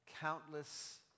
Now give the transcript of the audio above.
countless